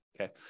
okay